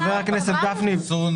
רכש החיסונים